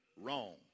Wrong